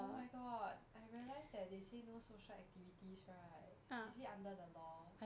oh my god I realised that they say no social activities right is it under the law